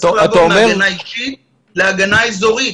אתה צריך לעבור מהגנה אישית להגנה אזורית.